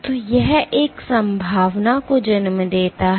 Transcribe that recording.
तो यह एक संभावना को जन्म देता है